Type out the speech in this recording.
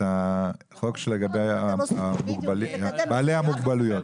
את החוק לגבי בעלי המוגבלויות.